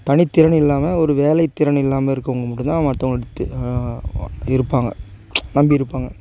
தனித்திறன் இல்லாமல் ஒரு வேலைத்திறன் இல்லாமல் இருக்கவங்க மட்டுந்தான் மற்றவங்க இருப்பாங்க நம்பி இருப்பாங்க